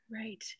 Right